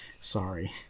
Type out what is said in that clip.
sorry